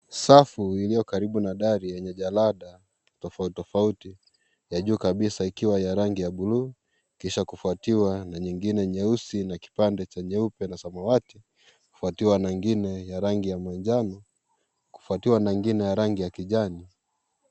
Safu iliyo karibu na dari yenye jalada tofauti tofauti ya juu kabisa ikiwa ya rangi ya bluu kisha kufuatiwa na nyingine nyeusi na kipande cha nyeupe na samawati kufuatiwa na nyingine ya rangi ya manjano kifuatiwa na ingine ya rangi ya kijani.